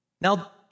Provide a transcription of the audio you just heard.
Now